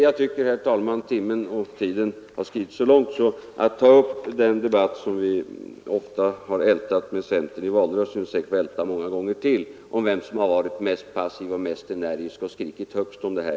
Jag tycker, herr talman, att tiden har skridit så långt att jag avstår från att ta upp den debatt som vi ofta har fört med centern i valrörelsen — och säkert får älta många gånger till — om vem som har varit mest passiv, mest energisk och skrikit högst om det här.